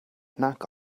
nac